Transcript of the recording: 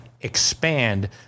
expand